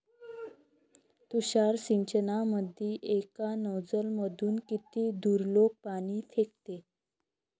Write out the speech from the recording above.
तुषार सिंचनमंदी एका नोजल मधून किती दुरलोक पाणी फेकते?